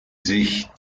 sich